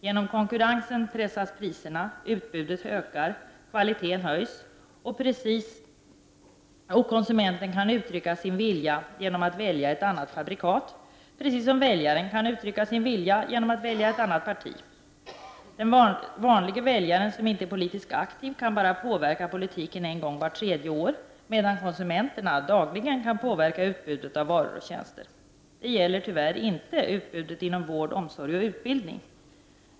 Genom konkurrensen pressas priserna, utbudet ökar, kvaliteten höjs och konsumenten kan uttrycka sin vilja genom att välja ett annat fabrikat, precis som väljaren kan uttrycka sin vilja genom att välja ett annat parti. Den vanlige väljaren som inte är politiskt aktiv kan bara påverka politiken vart tredje år, medan konsumenterna dagligen kan påverka utbudet av varor och tjänster. Detta gäller tyvärr inte utbudet inom vård, omsorg och utbildning.